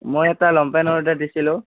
মই এটা long pant order দিছিলোঁ